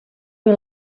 you